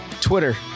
Twitter